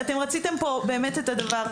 כי אתם רציתם פה באמת את הדבר,